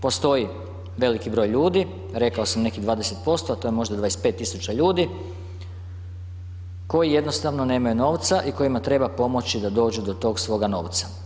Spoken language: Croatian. Postoji veliki broj ljudi, rekao samo nekih 20%, a to je možda 25.000 ljudi koji jednostavno nemaju novca i kojima treba pomoći da dođu do tog svoga novca.